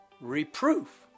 Reproof